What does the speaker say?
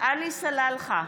עלי סלאלחה,